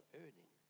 earning